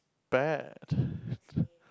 bad